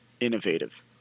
innovative